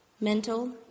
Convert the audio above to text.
mental